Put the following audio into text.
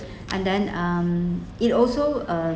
and then um it also uh